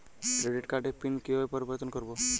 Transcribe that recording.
Credit কার্ডের PIN কিভাবে পরিবর্তন করবো?